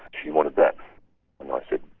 she wanted that. and i said,